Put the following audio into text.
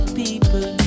people